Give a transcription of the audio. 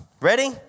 Ready